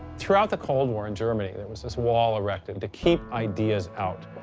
throughout the cold war in germany, there was this wall erected to keep ideas out.